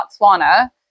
Botswana